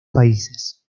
países